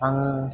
आङो